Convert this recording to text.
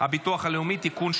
הביטוח הלאומי (תיקון,